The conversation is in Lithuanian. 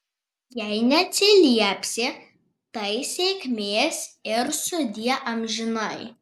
jei neatsiliepsi tai sėkmės ir sudie amžinai